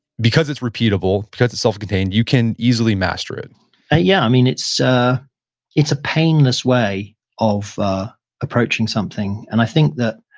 because it's repeatable, because it's self-contained, you can easily master it ah yeah. it's ah it's a painless way of approaching something. and i think that,